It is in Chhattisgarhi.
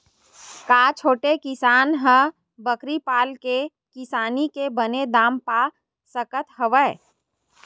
का छोटे किसान ह बकरी पाल के किसानी के बने दाम पा सकत हवय?